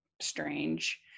strange